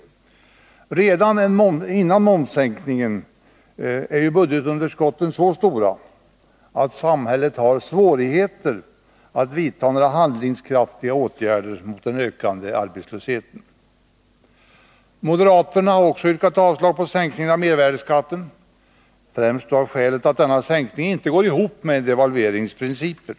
Redan före en momssänkning är budgetunderskotten så stora att samhället har svårigheter att vidta några handlingskraftiga åtgärder mot den ökande arbetslösheten. Moderaterna har också yrkat avslag på sänkningen av mervärdeskatten, främst av det skälet att denna sänkning inte går ihop med en devalverings principer.